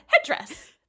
headdress